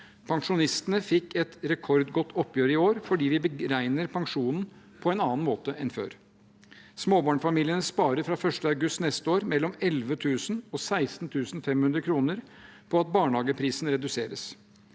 Pensjonistene fikk et rekordgodt oppgjør i år fordi vi beregner pensjonen på en annen måte enn før. Småbarnsfamiliene sparer fra 1. august neste år mellom 11 000 kr og 16 500 kr på at barnehageprisen reduseres.